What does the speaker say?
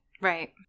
Right